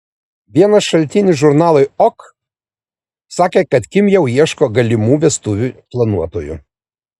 vienas šaltinis žurnalui ok sakė kad kim jau ieško galimų vestuvių planuotojų